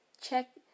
Check